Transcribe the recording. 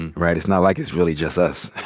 and right? it's not like it's really just us.